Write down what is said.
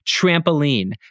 trampoline